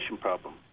problem